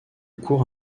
cours